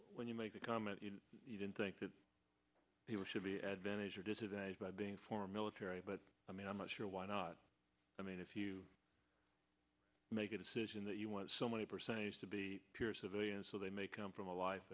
when you make a comment you think that people should be advantage or disadvantage by being for military but i mean i'm not sure why not i mean if you make a decision that you want so many percentage to be civilian so they may come from a life